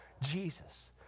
jesus